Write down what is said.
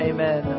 Amen